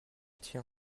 tien